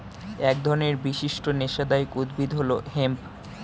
এক ধরনের বিশিষ্ট নেশাদায়ক উদ্ভিদ হল হেম্প